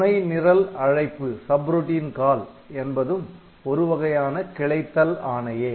துணை நிரல் அழைப்பு என்பதும் ஒருவகையான கிளைத்தல் ஆணையே